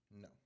No